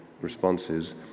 responses